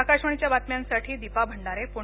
आकाशवाणीच्या बातम्यांसाठी दीपा भंडारे प्णे